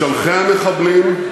משלחי המחבלים.